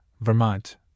Vermont